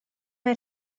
mae